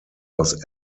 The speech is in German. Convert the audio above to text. aus